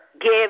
give